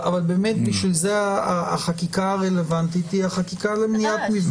אבל בשביל זה החקיקה הרלוונטית היא החקיקה למניעת מפגעים.